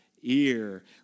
ear